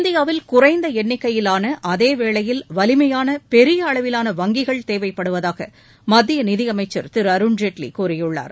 இந்தியாவில் குறைந்தஎண்ணிக்கையிலானஅதேவேளையில் வலிமையானபெரியஅளவிலான வங்கிகள் தேவைப்படுவதாகமத்தியநிதியமைச்சர் திருஅருண்ஜேட்லிகூறியுள்ளார்